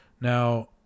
now